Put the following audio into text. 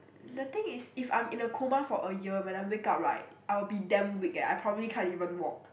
the thing is if I'm in the coma for a year when I wake up right I will be damn weak eh I probably can't even walk